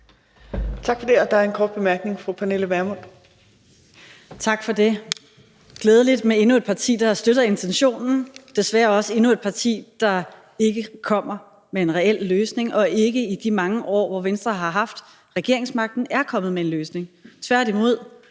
Tak for det. Der er en kort bemærkning fra fru Pernille Vermund. Kl. 13:48 Pernille Vermund (NB): Tak for det. Det er glædeligt med endnu et parti, som støtter intentionen, men som desværre også er endnu et parti, der ikke kommer med en reel løsning, og som ikke i de mange år, hvor man har haft regeringsmagten, er kommet med en løsning. Tværtimod.